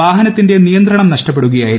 വാഹനത്തിന്റെ നിയന്ത്രണം നഷ്ടപ്പെടുകയായിരുന്നു